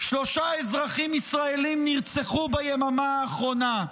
שלושה אזרחים ישראלים נרצחו ביממה האחרונה,